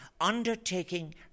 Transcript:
Undertaking